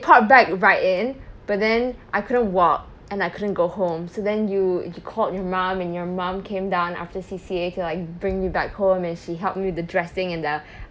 popped back right in but then I couldn't walk and I couldn't go home so then you you called your mom and your mom came down after C_C_A to like bring me back home and she helped me with the dressing and the